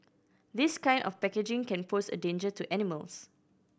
this kind of packaging can pose a danger to animals